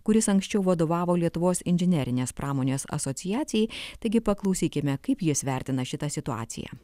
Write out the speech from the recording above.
kuris anksčiau vadovavo lietuvos inžinerinės pramonės asociacijai taigi paklausykime kaip jis vertina šitą situaciją